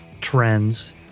trends